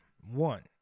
One